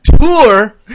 tour